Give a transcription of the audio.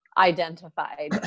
Identified